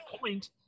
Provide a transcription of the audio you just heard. point